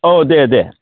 औ दे दे